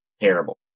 terrible